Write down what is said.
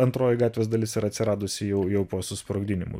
antroji gatvės dalis yra atsiradusi jau jau po susprogdinimų